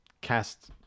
cast